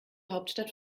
hauptstadt